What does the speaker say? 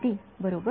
आपत्ती बरोबर